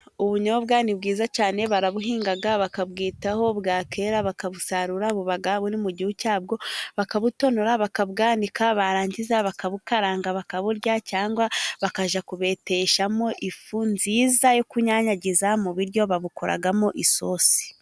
Ubunyobwa ni bwiza cyane, barabuhinga bakabwitaho bwakwera bakabusarura, buba buri mu gihu cyabwo bakabutonora bakabwanika, barangiza bakabukaranga bakaburya cyangwa bakajya kubeteshamo ifu nziza, yo kunyanyagiza mu biryo babukoramo isosi.